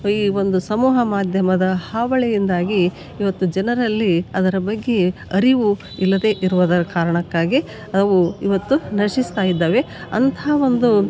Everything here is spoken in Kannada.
ಈ ಒಂದು ಸಮೂಹ ಮಾಧ್ಯಮದ ಹಾವಳಿಯಿಂದಾಗಿ ಇವತ್ತು ಜನರಲ್ಲಿ ಅದರ ಬಗ್ಗೆ ಅರಿವು ಇಲ್ಲದೆ ಇರುವದರ ಕಾರಣಕ್ಕಾಗಿ ಅವು ಇವತ್ತು ನಶಿಸ್ತಾಯಿದ್ದವೆ ಅಂಥ ಒಂದು